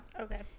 Okay